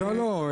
לא,